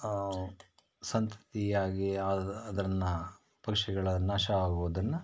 ಸಂತತಿ ಆಗಿ ಅದು ಅದರನ್ನ ಪಕ್ಷಿಗಳ ನಾಶ ಆಗುವುದನ್ನ